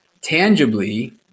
Tangibly